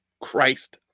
Christ